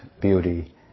beauty